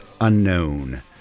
unknown